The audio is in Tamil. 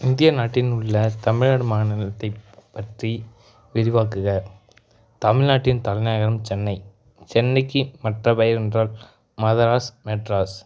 இந்திய நாட்டில் உள்ள தமிழ்நாடு மாநிலத்தை பற்றி விரிவாக்குக தமிழ்நாட்டின் தலைநகரம் சென்னை சென்னைக்கு மற்ற பெயர் என்றால் மதராஸ் மெட்ராஸ்